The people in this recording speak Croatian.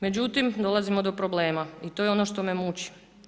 Međutim, dolazimo do problema i to je ono što me muči.